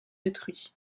détruits